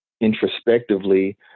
introspectively